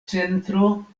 centro